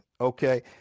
okay